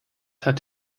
hat